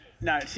No